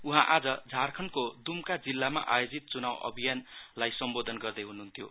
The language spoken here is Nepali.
उहाँ आज झारखण्डको दुमका जिल्लामा आयोजित चुनाउ अभियानलाई सम्बोधन गर्दै हुनुहुन्थ्यो